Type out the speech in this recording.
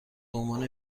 عنوان